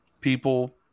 people